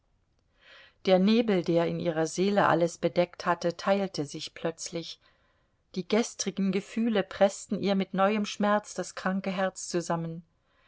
der nebel der in ihrer seele alles bedeckt hatte teilte sich plötzlich die gestrigen gefühle preßten ihr mit neuem schmerz das kranke herz zusammen